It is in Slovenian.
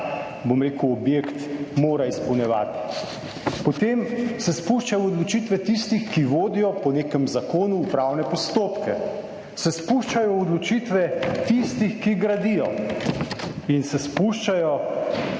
objekt mora izpolnjevati. Potem se spušča v odločitve tistih, ki vodijo po nekem zakonu upravne postopke, se spuščajo v odločitve tistih, ki gradijo in se spuščajo